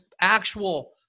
actual